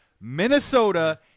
Minnesota